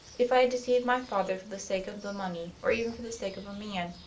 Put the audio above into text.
if i had deceived my father for the sake of the money, or even for the sake of a man,